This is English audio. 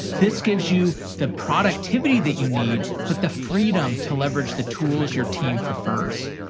this gives you the productivity that you need, but the freedom to leverage the tools your team prefers.